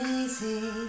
easy